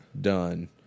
Done